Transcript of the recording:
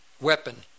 weapon